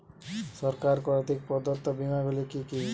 সরকার কর্তৃক প্রদত্ত বিমা গুলি কি কি?